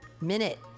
Minute